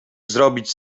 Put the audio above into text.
zrobić